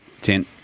Ten